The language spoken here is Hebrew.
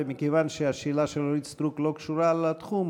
ומכיוון שהשאלה של אורית סטרוק לא קשורה לתחום,